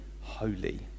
holy